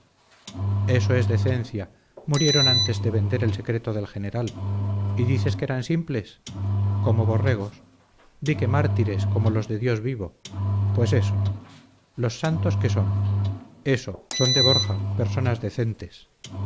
eso es decencia murieron antes que vender el secreto del general y dices que eran simples como borregos di que mártires como los de dios vivo pues eso los santos qué son eso son de borja personas decentes